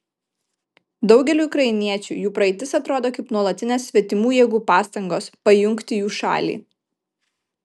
daugeliui ukrainiečių jų praeitis atrodo kaip nuolatinės svetimų jėgų pastangos pajungti jų šalį